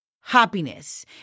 happiness